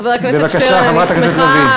בבקשה, חברת הכנסת לביא.